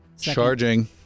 Charging